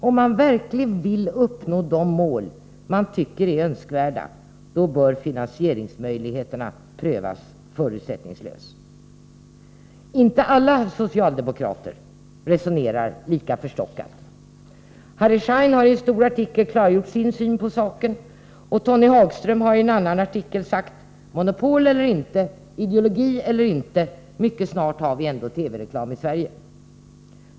Om man verkligen vill uppnå de mål man tycker är önskvärda, då bör finansieringsmöjligheterna prövas förutsättningslöst. Inte alla socialdemokrater resonerar lika förstockat. Harry Schein har i en stor artikel klargjort sin syn på saken, och Tony Hagström har i en annan artikel sagt: Monopol eller inte. Ideologi eller inte. Mycket snart har vi ändå TV-reklam i Sverige.